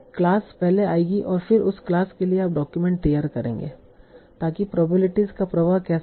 तो क्लास पहले आएगी और फिर उस क्लास के लिए आप डॉक्यूमेंट तैयार करेंगे ताकि प्रोबेबिलिटीस का प्रवाह कैसा हो